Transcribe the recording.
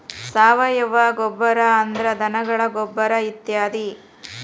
ಸಾವಯುವ ಗೊಬ್ಬರಾ ಅಂದ್ರ ಧನಗಳ ಗೊಬ್ಬರಾ ಇತ್ಯಾದಿ